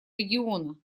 региона